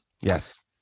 Yes